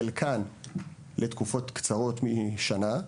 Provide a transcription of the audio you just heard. חלקן לתקופות קצרות משנה.